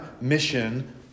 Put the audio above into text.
mission